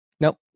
Nope